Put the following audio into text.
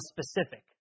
specific